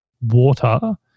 water